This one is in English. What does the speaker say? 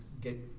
get